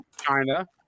China